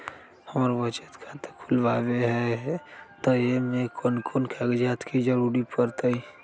हमरा बचत खाता खुलावेला है त ए में कौन कौन कागजात के जरूरी परतई?